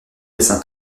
saint